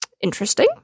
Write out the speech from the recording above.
Interesting